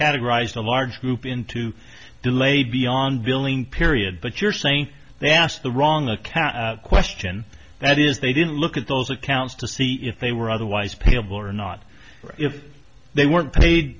categorized a large group into delayed beyond billing period but you're saying they asked the wrong account question that is they didn't look at those accounts to see if they were otherwise payable or not if they weren't paid